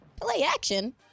play-action